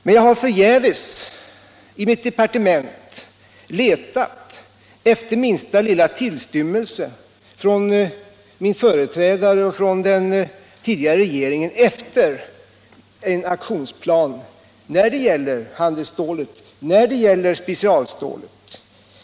Men jag har förgäves i mitt departement letat efter minsta lilla till 73 Om åtgärder för att säkra sysselsättningen inom stymmelse från min företrädares och den tidigare regeringens sida till en aktionsplan beträffande handelsstål och specialstål.